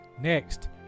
Next